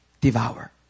devour